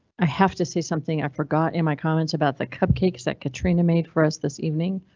i have to say something i forgot in my comments about the cupcakes that katrina made for us this evening.